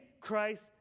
Christ